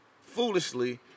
foolishly